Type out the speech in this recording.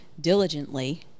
diligently